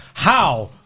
how?